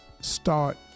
start